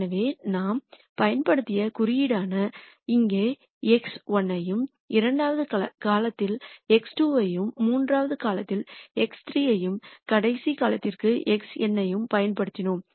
எனவே நாம் பயன்படுத்திய குறியீடானது இங்கே x1 ஐயும் இரண்டாவது காலத்திற்கு x2 ஐயும் மூன்றாவது காலம் x3 ஐயும் கடைசி காலத்திற்கு xn ஐயும் பயன்படுத்தினோம்